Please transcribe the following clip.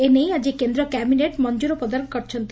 ଏନେଇ ଆଜି କେନ୍ଦ କ୍ୟାବିନେଟ୍ ମଞ୍ଚୁର ପ୍ରଦାନ କରିଛି